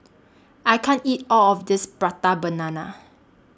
I can't eat All of This Prata Banana